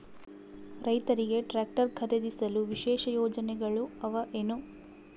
ರೈತರಿಗೆ ಟ್ರಾಕ್ಟರ್ ಖರೇದಿಸಲು ವಿಶೇಷ ಯೋಜನೆಗಳು ಅವ ಏನು?